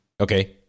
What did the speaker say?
Okay